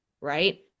right